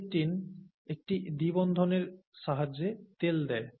C18 একটি দ্বিবন্ধনের সাহায্যে তেল দেয়